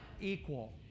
equal